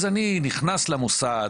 אז אני נכנס למוסד,